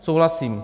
Souhlasím.